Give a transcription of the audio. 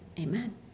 Amen